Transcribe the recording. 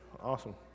awesome